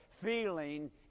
feeling